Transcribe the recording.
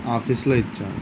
ఆఫీస్లో ఇచ్చాను